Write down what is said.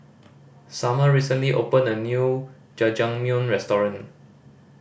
Summer recently opened a new Jajangmyeon Restaurant